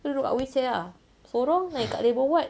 so duduk dekat wheelchair ah sorong naik dekat labour ward